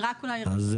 << יור > היו"ר ווליד טאהא: זה